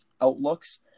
outlooks